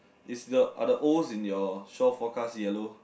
is the are the Os in your shore forecast yellow